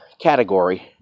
category